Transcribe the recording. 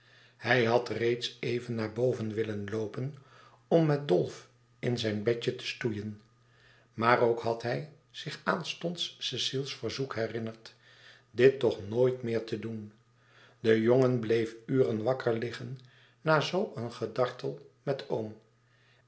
hij had reeds even naar boven willen loopen om met dolf in zijn bedje te stoeien maar ook had hij zich aanstonds cecile's verzoek herinnerd dit toch nooit meer te doen de jongen bleef uren wakker liggen na zoo een gedartel met oom